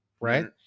right